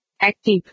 Active